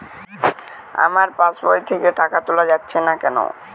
আমার পাসবই থেকে টাকা তোলা যাচ্ছে না কেনো?